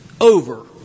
over